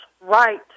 right